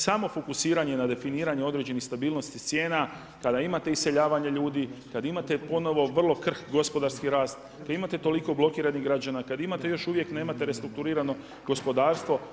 Samo fokusiranje na definiranje određenih stabilnosti cijena kada imate iseljavanje ljudi, kad imate ponovno vrlo krhki gospodarski rast, kad imate toliko blokiranih građana, kad imate još uvijek nemate restrukturirano gospodarstvo.